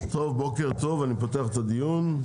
בוקר טוב, אני פותח את הדיון.